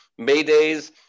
maydays